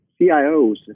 CIOs